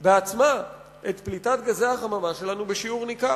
את פליטת גזי החממה שלנו בשיעור ניכר.